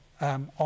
on